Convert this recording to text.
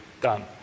done